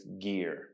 gear